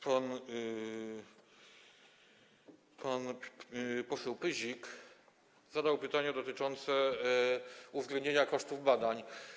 Pan poseł Pyzik zadał pytanie dotyczące uwzględnienia kosztów badań.